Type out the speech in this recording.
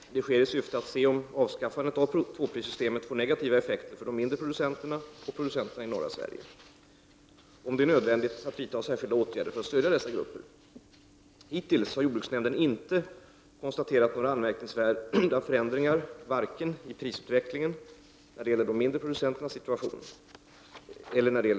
Detta sker i syfte att se om avskaffandet av tvåprissystemet får negativa effekter för de mindre producenterna och producenterna i norra Sverige och om det är nödvändigt att vidta särskilda åtgärder för att stödja dessa grupper. Hittills har jordbruksnämnden inte konstaterat några anmärkningsvärda förändringar vare sig i prisutvecklingen eller när det gäller de mindre producenternas situation.